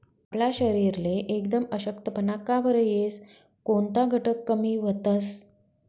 आपला शरीरले एकदम अशक्तपणा का बरं येस? कोनता घटक कमी व्हतंस?